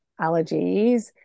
allergies